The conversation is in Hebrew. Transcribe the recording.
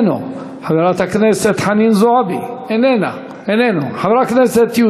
של חברת הכנסת חנין זועבי במליאת הכנסת בנושא הסכם הפיוס עם טורקיה.